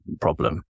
problem